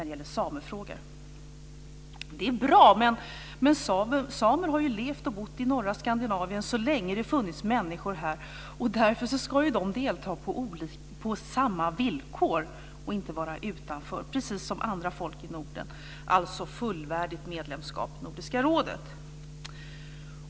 Det är bra, men samer har ju levt och bott i norra Skandinavien så länge som det har funnits människor här. Därför ska de precis som andra folk i Norden delta på samma villkor, och inte vara utanför. De ska alltså ha fullvärdigt medlemskap i Nordiska rådet.